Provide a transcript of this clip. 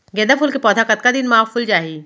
गेंदा फूल के पौधा कतका दिन मा फुल जाही?